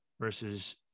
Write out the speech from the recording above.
versus